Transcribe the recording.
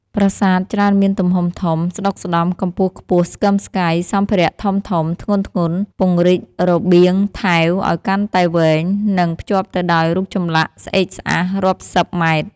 ប្រាសាទច្រើនមានទំហំធំ ស្តុកស្តម្ភ កម្ពស់ខ្ពស់ស្កឹមស្កៃ សម្ភារៈធំៗ ធ្ងន់ៗ ពង្រីករបៀងថែវឱ្យកាន់តែវែង និង ភ្ជាប់ទៅដោយរូបចម្លាក់ស្អេកស្កះរាប់សីប ម៉ែត្រ។